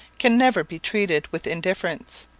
can never be treated with indifference.